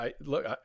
look